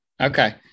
Okay